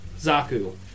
Zaku